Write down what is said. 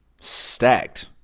Stacked